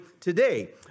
today